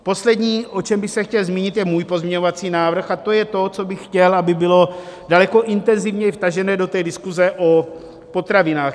Poslední, o čem bych se chtěl zmínit, je můj pozměňovací návrh, a to je to, co bych chtěl, aby bylo daleko intenzivněji vtaženo do diskuze o potravinách.